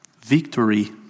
victory